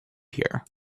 here